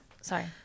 Sorry